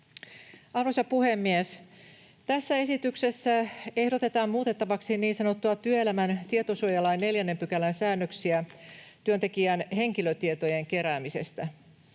Arvoisa puhemies! Tässä esityksessä ehdotetaan muutettavaksi niin sanotun työelämän tietosuojalain 4 §:n säännöksiä työntekijän henkilötietojen keräämisestä.